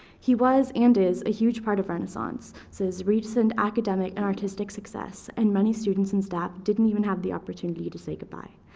he was, and is, a huge part of renaissance's recent academic and artistic success, and many students and staff didn't even have the opportunity to say goodbye.